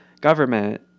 government